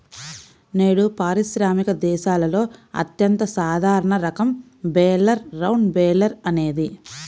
నేడు పారిశ్రామిక దేశాలలో అత్యంత సాధారణ రకం బేలర్ రౌండ్ బేలర్ అనేది